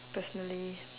personally